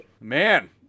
Man